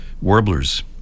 warblers